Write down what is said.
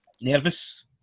Nervous